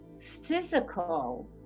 physical